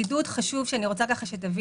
חידוד חשוב שאני רוצה שתבינו,